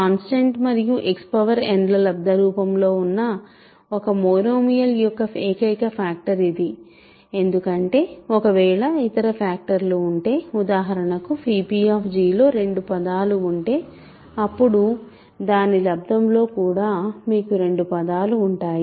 constant మరియు Xn ల లబ్ద రూపం లో ఉన్న ఒక మోనోమియల్ యొక్క ఏకైక ఫ్యాక్టర్ ఇది ఎందుకంటే ఒకవేళ ఇతర ఫ్యాక్టర్లు ఉంటే ఉదాహరణకు pలో రెండు పదాలు ఉంటే అప్పుడు దాని లబ్దం లో కూడా మీకు రెండు పదాలు ఉంటాయి